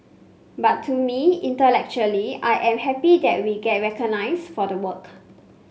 but to me intellectually I am happy that we get recognised for the work